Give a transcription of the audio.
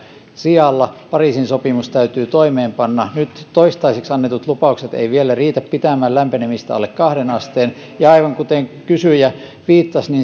sijalla pariisin sopimus täytyy toimeenpanna nyt toistaiseksi annetut lupaukset eivät vielä riitä pitämään lämpenemistä alle kahteen asteen ja aivan kuten kysyjä viittasi